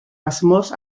asmoz